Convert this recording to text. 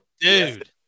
dude